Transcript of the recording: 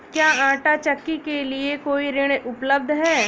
क्या आंटा चक्की के लिए कोई ऋण उपलब्ध है?